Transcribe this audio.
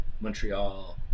Montreal